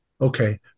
okay